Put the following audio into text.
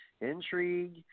intrigue